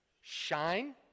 shine